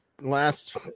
last